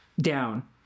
down